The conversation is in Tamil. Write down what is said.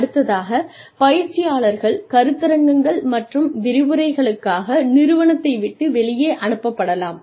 அடுத்தாக பயிற்சியாளர்கள் கருத்தரங்குகள் மற்றும் விரிவுரைகளுக்காக நிறுவனத்தை விட்டு வெளியே அனுப்பப்படலாம்